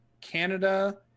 Canada